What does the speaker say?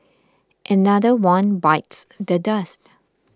another one bites the dust